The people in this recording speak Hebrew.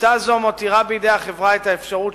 שיטה זו מותירה בידי החברה את האפשרות